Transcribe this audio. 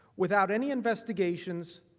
without any investigation,